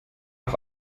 auf